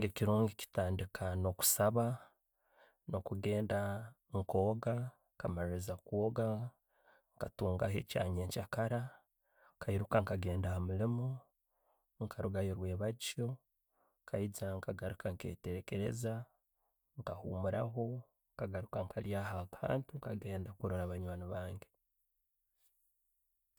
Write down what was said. ﻿Ekiro nkitandiika no'kusaba, no kugenda okwooga, maliiriza kwooga nkatungayo ekya nyenkyakara nkairuka ngenda ha'muliimu. Nkarugayo rwebagyo, nkaija nkagaruka nketekereza, nkahumuraho, nkagaruka nka lyaho akantu, nkagenda kurora banywani bange.